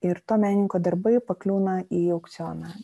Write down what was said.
ir to menininko darbai pakliūna į aukcioną